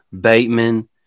Bateman